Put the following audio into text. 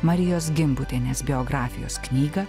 marijos gimbutienės biografijos knygą